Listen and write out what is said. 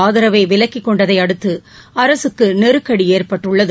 ஆதரவை விலக்கிக் கொண்டதை அடுத்து அரசுக்கு நெருக்கடி ஏற்பட்டுள்ளது